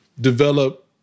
develop